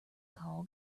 call